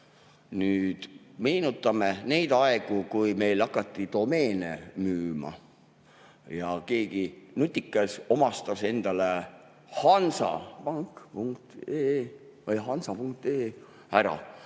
Meenutame neid aegu, kui meil hakati domeene müüma ja keegi nutikas omastas endale hansapank.ee